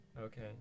Okay